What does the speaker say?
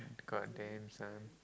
god damn son